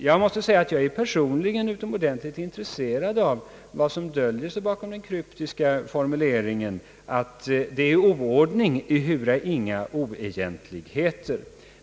Jag måste säga att jag Ppersonligen är utomordentligt intresserad av vad som döljer sig bakom den kryptiska formuleringen att det är »oordning ehuru inga oegentligheter».